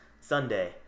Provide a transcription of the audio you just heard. Sunday